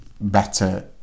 better